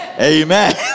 Amen